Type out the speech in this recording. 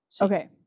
Okay